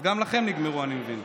אז גם לכם נגמרו, אני מבין.